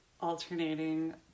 alternating